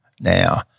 now